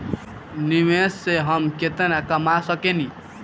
निवेश से हम केतना कमा सकेनी?